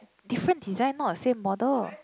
different design not the same model